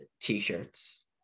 t-shirts